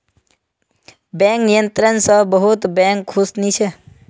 bank नियंत्रण स बहुत बैंक खुश नी छ